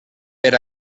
per